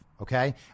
Okay